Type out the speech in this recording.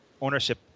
ownership